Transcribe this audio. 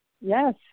Yes